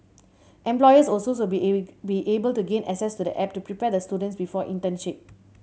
employers be be able to gain access to the app to prepare the students before internship